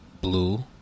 Blue